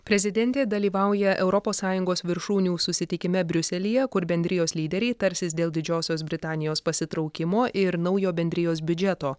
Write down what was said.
prezidentė dalyvauja europos sąjungos viršūnių susitikime briuselyje kur bendrijos lyderiai tarsis dėl didžiosios britanijos pasitraukimo ir naujo bendrijos biudžeto